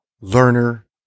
learner